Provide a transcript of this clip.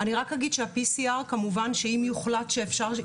אני רק אגיד שה-PCR כמובן שאם יוחלט שאפשר,